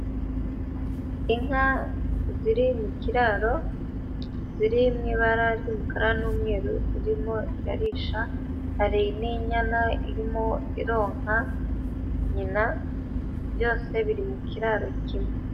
Inka ziri mu kiraro, ziri mu ibara ry'umukara n'umweru zirimo zirarisha, hari n'inyana irimo ironka nyina, byose biri mu kiraro kimwe.